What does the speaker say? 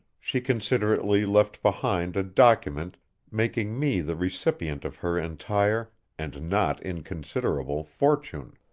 she considerately left behind a document making me the recipient of her entire and not inconsiderable fortune.